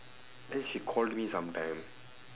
then she call me sometime